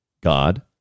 God